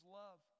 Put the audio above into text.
love